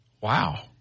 Wow